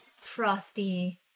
Frosty